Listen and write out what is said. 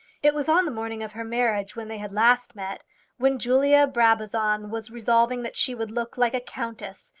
it was on the morning of her marriage when they had last met when julia brabazon was resolving that she would look like a countess,